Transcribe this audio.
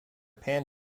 pan